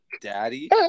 Daddy